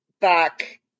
back